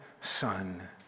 Son